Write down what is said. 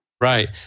Right